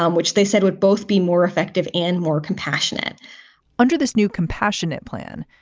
um which they said would both be more effective and more compassionate under this new compassionate plan,